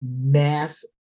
mass